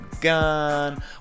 gone